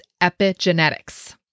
epigenetics